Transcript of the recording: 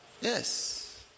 yes